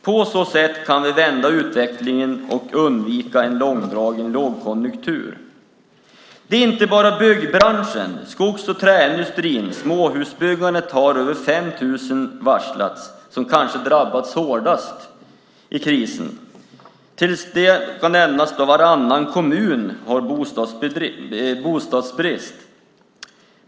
På så sätt kan vi vända utvecklingen och undvika en långdragen lågkonjunktur. Det är inte bara i byggbranschen. I skogs och träindustrin och i småhusbyggandet har över 5 000 varslats. De kanske har drabbats hårdast i krisen. Till det kan nämnas att varannan kommun har bostadsbrist.